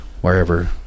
wherever